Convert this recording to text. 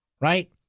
Right